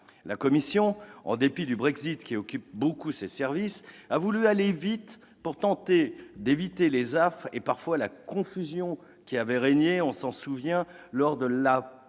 La Commission, en dépit du Brexit qui occupe beaucoup ses services, a voulu aller vite pour tenter d'éviter les affres et parfois la confusion qui avaient régné- on s'en souvient ! -lors de la préparation